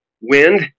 wind